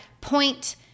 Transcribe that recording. point